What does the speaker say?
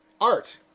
Art